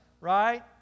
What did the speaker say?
right